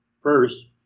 first